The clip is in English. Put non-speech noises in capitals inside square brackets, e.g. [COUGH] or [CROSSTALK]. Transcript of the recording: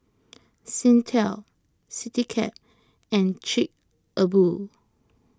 [NOISE] Singtel CityCab and Chic A Boo